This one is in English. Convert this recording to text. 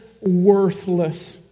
worthless